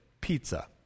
pizza